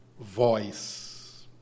voice